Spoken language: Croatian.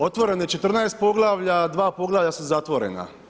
Otvoreno je 14 poglavlja, dva poglavlja su zatvorena.